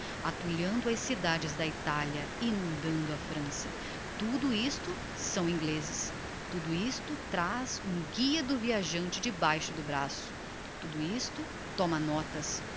atulhando as cidades da italia inundando a frança tudo isto são inglezes tudo isto traz um guia do viajante debaixo do braço tudo isto toma notas